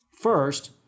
First